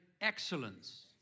excellence